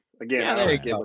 Again